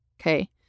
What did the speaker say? Okay